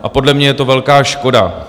A podle mě je to velká škoda.